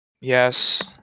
Yes